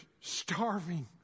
starving